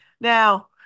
Now